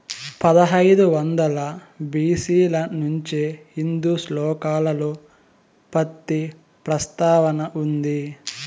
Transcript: పదహైదు వందల బి.సి ల నుంచే హిందూ శ్లోకాలలో పత్తి ప్రస్తావన ఉంది